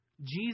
Jesus